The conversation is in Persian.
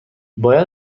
باید